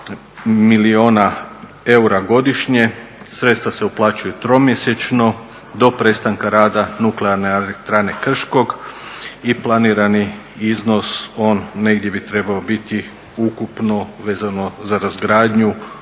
milijuna eura godišnje. Sredstva se uplaćuju tromjesečno do prestanka rada Nuklearne elektrane Krško i planirani iznos. On bi trebao negdje biti ukupno vezano za razgradnju